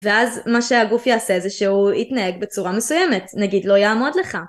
ואז מה שהגוף יעשה זה שהוא יתנהג בצורה מסוימת, נגיד לא יעמוד לך.